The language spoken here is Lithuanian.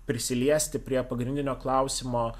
prisiliesti prie pagrindinio klausimo